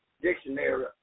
Dictionary